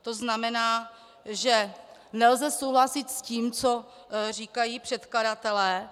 To znamená, že nelze souhlasit s tím, co říkají předkladatelé.